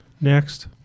Next